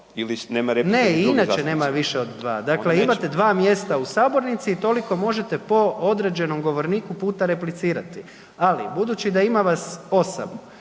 Ne i inače nema više od dva. Dakle, imate 2 mjesta u sabornici i toliko možete po određenom govorniku puta replicirati. Ali budući da ima vas 8